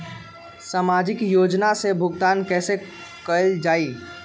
सामाजिक योजना से भुगतान कैसे कयल जाई?